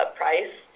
price